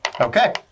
Okay